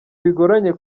bigoranye